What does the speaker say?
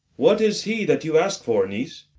what is he that you ask for, niece?